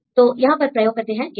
तो यहां पर प्रयोग करते हैं गैप